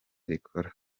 rikora